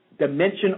dimension